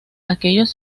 aquellos